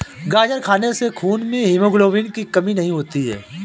गाजर खाने से खून में हीमोग्लोबिन की कमी नहीं होती